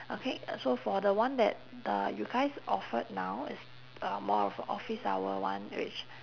okay uh so for the one that uh you guys offered now it's uh more of office hour one which